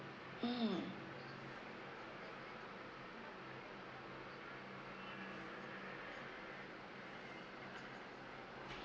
mm